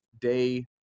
day